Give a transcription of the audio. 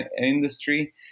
industry